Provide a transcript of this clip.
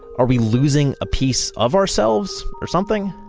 are we losing a piece of ourselves or something?